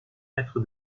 mètre